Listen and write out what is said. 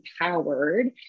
empowered